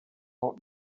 put